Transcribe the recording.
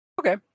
Okay